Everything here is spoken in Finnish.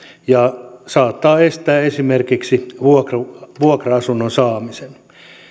ja saattaa estää esimerkiksi vuokra vuokra asunnon saamisen